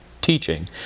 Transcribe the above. teaching